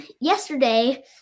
yesterday